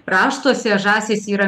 raštuose žąsys yra